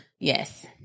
yes